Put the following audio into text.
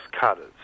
cutters